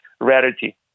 rarity